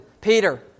Peter